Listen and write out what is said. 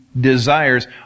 desires